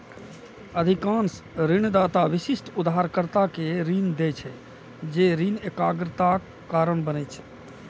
अधिकांश ऋणदाता विशिष्ट उधारकर्ता कें ऋण दै छै, जे ऋण एकाग्रताक कारण बनै छै